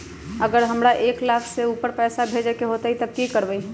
अगर हमरा एक लाख से ऊपर पैसा भेजे के होतई त की करेके होतय?